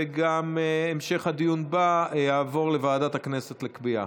וגם המשך הדיון בה יעבור לוועדת הכנסת לקביעה.